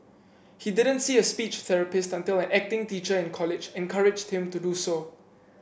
he didn't see a speech therapist until an acting teacher in college encouraged him to do so